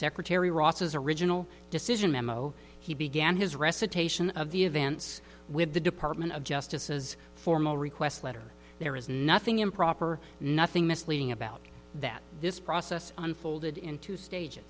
secretary ross's original decision memo he began his recitation of the events with the department of justice's formal request letter there is nothing improper nothing misleading about that this process unfolded in two stages